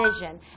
vision